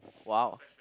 !wow!